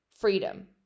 freedom